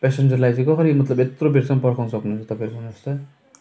पेसेन्जरलाई चाहिँ कसरी मतलब यत्रो बेरसम्म पर्खाउनु सक्नुहुन्छ तपाईँहरू भन्नुहोस् त